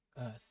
earth